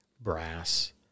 brass